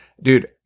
dude